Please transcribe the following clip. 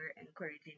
encouraging